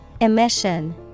Emission